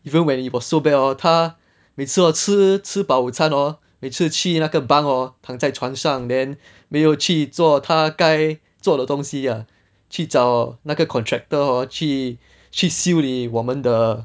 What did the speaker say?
even when it was so bad hor 他每次吃吃饱午餐 hor 每次去那个 bunk hor 躺在床上 then 没有去做他该做的东西啊去找那个 contractor hor 去去修理我们的